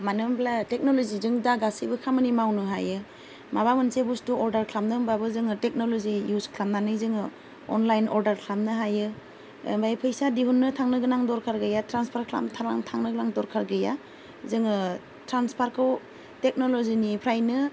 मानो होनोब्ला टेक्न'ल'जिजों दा गासैबो खामानि मावनो हायो माबा मोनसे बुस्तु अर्डार खालामनो होनब्लाबो जोङो टेक्न'ल'जि इउज खालामनानै जोङो अनलाइन अर्डार खालामनो हायो ओमफ्राय फैसा दिहुननो थांनोगोनां दरखार गैया ट्रान्सफार खालामनो थांनो दरखार गैया जोङो ट्रान्सफारखौ टेक्न'ल'जिनिफ्रायनो